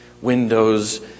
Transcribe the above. windows